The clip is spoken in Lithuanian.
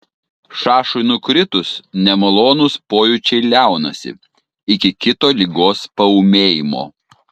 šašui nukritus nemalonūs pojūčiai liaunasi iki kito ligos paūmėjimo